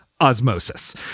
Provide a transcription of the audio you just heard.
osmosis